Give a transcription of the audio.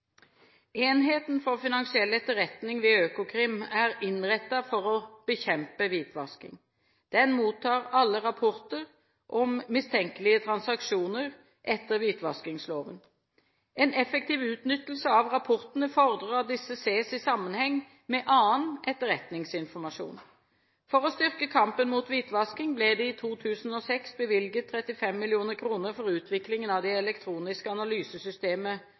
Enheten for finansiell etterretning ved Økokrim er innrettet for å bekjempe hvitvasking. Den mottar alle rapporter om mistenkelige transaksjoner etter hvitvaskingsloven. En effektiv utnyttelse av rapportene fordrer at disse ses i sammenheng med annen etterretningsinformasjon. For å styrke kampen mot hvitvasking ble det i 2006 bevilget 35 mill. kr til utvikling av det elektroniske analysesystemet